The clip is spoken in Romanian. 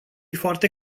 foarte